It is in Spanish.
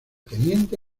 teniente